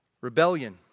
Rebellion